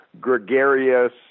gregarious